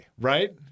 right